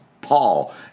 Paul